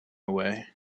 away